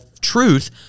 truth